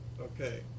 Okay